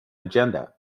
agenda